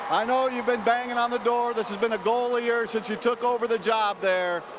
i know you've been banging on the door. this has been a goal of yours since you took over the job there.